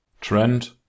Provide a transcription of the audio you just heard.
Trend